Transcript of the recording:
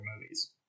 movies